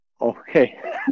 Okay